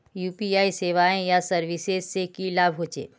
UPI सेवाएँ या services से की लाभ होचे?